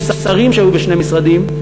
יש שרים שהיו בשני משרדים,